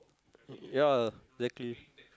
ya exactly